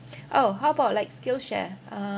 orh how about like skillshare